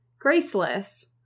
graceless